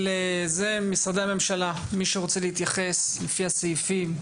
משרדי הממשלה מי שרוצה להתייחס לפי הסעיפים.